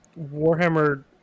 Warhammer